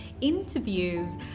interviews